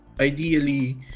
ideally